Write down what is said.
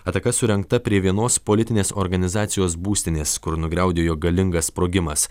ataka surengta prie vienos politinės organizacijos būstinės kur nugriaudėjo galingas sprogimas